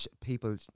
people